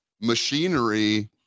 machinery